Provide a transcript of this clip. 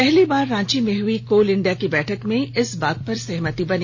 पहली बार रांची में हई कोल इंडिया की बैठक में इस बात पर सहमति बनी